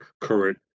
current